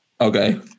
Okay